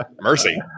Mercy